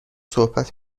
صحبت